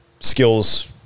skills